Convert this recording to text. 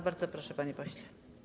Bardzo proszę, panie pośle.